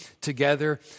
together